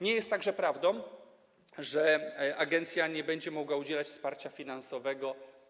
Nie jest także prawdą, że agencja nie będzie mogła udzielać wsparcia finansowego.